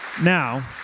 Now